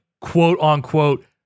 quote-unquote